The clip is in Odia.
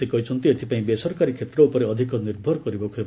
ସେ କହିଛନ୍ତି ଏଥିପାଇଁ ବେସରକାରୀ କ୍ଷେତ୍ର ଉପରେ ଅଧିକ ନିର୍ଭର କରିବାକୁ ହେବ